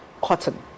cotton